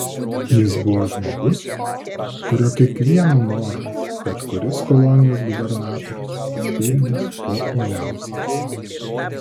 jis buvo žmogus kurio kiekvieną norą bet kuris kolonijos gubernatorius pildys kuo uoliausiai